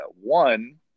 One